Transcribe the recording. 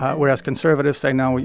whereas conservatives say, no, you